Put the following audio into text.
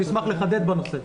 אני אשמח לחדד את הנושא.